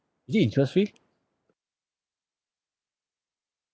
is it interest free